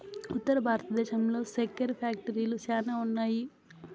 ఉత్తర భారతంలో సెక్కెర ఫ్యాక్టరీలు శ్యానా ఉన్నాయి